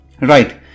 Right